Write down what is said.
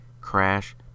Crash